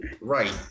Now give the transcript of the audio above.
Right